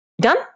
Done